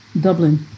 Dublin